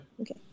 okay